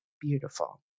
beautiful